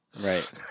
Right